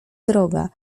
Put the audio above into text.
droga